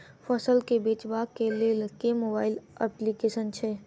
फसल केँ बेचबाक केँ लेल केँ मोबाइल अप्लिकेशन छैय?